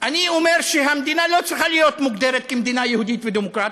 אני אומר שהמדינה לא צריכה להיות מוגדרת מדינה יהודית ודמוקרטית,